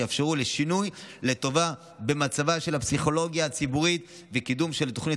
שיאפשרו שינוי לטובה במצבה של הפסיכולוגיה הציבורית וקידום של התוכנית